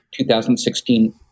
2016